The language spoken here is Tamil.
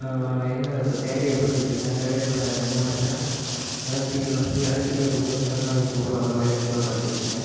என்ன இப்போ தேர்ட் இயர் படிச்சுட்டு இருக்கேன் தேர்ட் இயரில் எந்த மாரினா எலக்ட்ரிகல் வந்து எலக்ட்ரிகல் பொருளும் எலக்ட்ரானிக் பொருளும் அந்த மாதிரி வந்து நான் படிச்சுட்டு இருக்கேன்